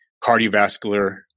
cardiovascular